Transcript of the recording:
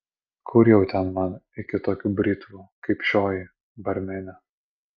kur jau ten man iki tokių britvų kaip šioji barmene